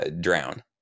Drown